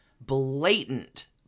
blatant